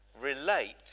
relate